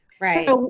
Right